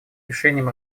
решением